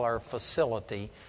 facility